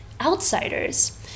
outsiders